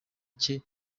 cye